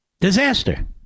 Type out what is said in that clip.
Disaster